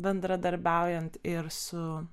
bendradarbiaujant ir su